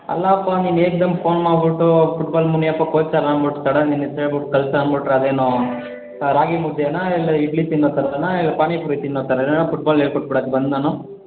ಅಲ್ಲಪ್ಪಾ ನೀನು ಏಕ್ದಮ್ ಫೋನ್ ಮಾಡ್ಬಿಟ್ಟು ಫುಟ್ಬಾಲ್ ಮುನಿಯಪ್ಪ ಕೋಚರ್ ಅಂದ್ಬಿಟ್ಟು ಸಡನ್ ನಿನ್ನ ಹೆಸರು ಹೇಳ್ಬಿಟ್ಟು ಕಲ್ಸು ಅಂದ್ಬಿಟ್ರೆ ಅದೇನು ರಾಗಿಮುದ್ದೆನ ಇಲ್ಲ ಇಡ್ಲಿ ತಿನ್ನೊ ಥರನಾ ಇಲ್ಲ ಪಾನಿಪೂರಿ ತಿನ್ನೊ ಥರನಾ ಫುಟ್ಬಾಲ್ ಹೇಳ್ಕೊಂಡು ಬಿಡೋಕೆ ನಾನು